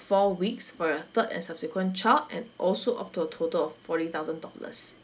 four weeks for your third and subsequent child and also up to a total of forty thousand dollars